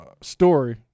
story